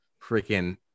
freaking